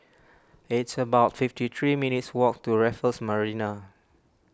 it's about fifty three minutes' walk to Raffles Marina